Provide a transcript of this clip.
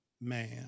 man